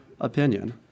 opinion